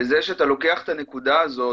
בזה שאתה לוקח את הנקודה הזאת,